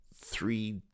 three